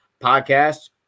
podcast